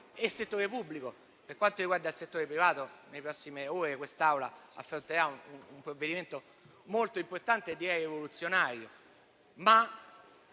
e settore pubblico; per quanto riguarda il settore privato, nelle prossime ore quest'Aula esaminerà un provvedimento molto importante e direi rivoluzionario.